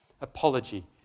Apology